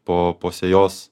po po sėjos